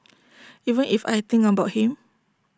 even if I think about him